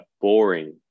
boring